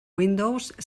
windows